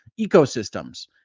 ecosystems